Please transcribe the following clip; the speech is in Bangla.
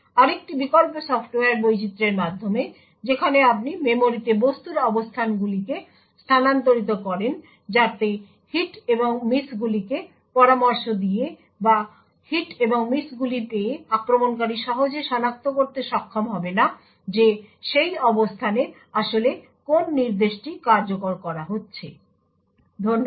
আরেকটি বিকল্প সফ্টওয়্যার বৈচিত্র্যের মাধ্যমে যেখানে আপনি মেমরিতে বস্তুর অবস্থানগুলিকে স্থানান্তরিত করেন যাতে হিট এবং মিসগুলিকে পরামর্শ দিয়ে বা হিট এবং মিসগুলি পেয়ে আক্রমণকারী সহজে সনাক্ত করতে সক্ষম হবে না যে সেই অবস্থানে আসলে কোন নির্দেশটি কার্যকর করা হচ্ছে ধন্যবাদ